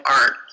art